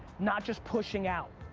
not just pushing out.